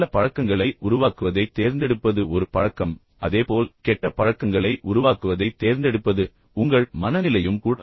நல்ல பழக்கங்களை உருவாக்குவதைத் தேர்ந்தெடுப்பது ஒரு பழக்கம் அதே போல் கெட்ட பழக்கங்களை உருவாக்குவதைத் தேர்ந்தெடுப்பது அது உங்கள் மனநிலையும் கூட